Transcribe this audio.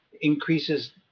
increases